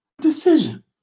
Decision